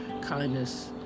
kindness